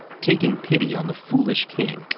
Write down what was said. taking pity on the foolish king,